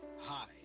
Hi